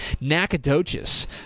Nacogdoches